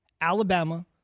Alabama